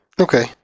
Okay